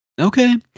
Okay